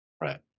Right